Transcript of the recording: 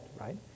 right